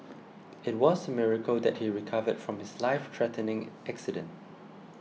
it was miracle that he recovered from his lifethreatening accident